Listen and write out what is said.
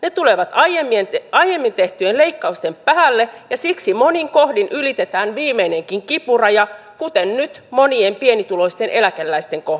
ne tulevat aiemmin tehtyjen leikkausten päälle ja siksi monin kohdin ylitetään viimeinenkin kipuraja kuten nyt monien pienituloisten eläkeläisten kohdalla